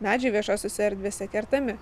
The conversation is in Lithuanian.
medžiai viešosiose erdvėse kertami